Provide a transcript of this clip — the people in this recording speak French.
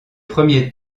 premiers